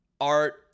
art